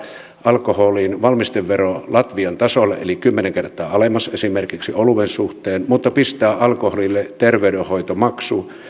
alkoholin valmistevero latvian tasolle eli kymmenen kertaa alemmas esimerkiksi oluen suhteen mutta pistää alkoholille terveydenhoitomaksu